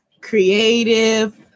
creative